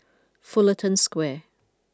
Fullerton Square